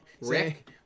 Rick